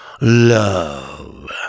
Love